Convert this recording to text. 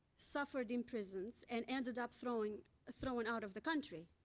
suffered in prisons, and ended up throwing thrown out of the country.